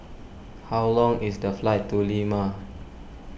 how long is the flight to Lima